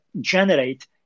generate